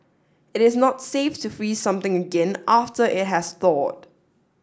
it is not safe to freeze something again after it has thawed